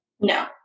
No